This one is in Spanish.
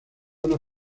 una